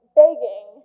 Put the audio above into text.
begging